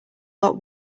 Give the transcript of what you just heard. lot